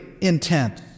intent